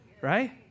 Right